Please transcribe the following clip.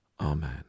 Amen